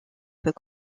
peut